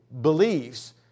beliefs